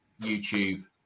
YouTube